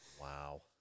Wow